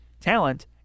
talent